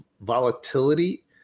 volatility